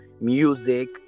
music